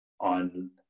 on